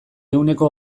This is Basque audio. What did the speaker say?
ehuneko